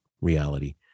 reality